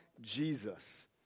Jesus